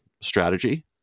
strategy